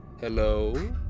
hello